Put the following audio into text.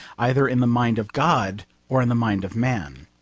either in the mind of god or in the mind of man.